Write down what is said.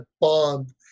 bond